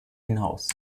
hinaus